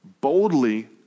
boldly